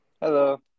Hello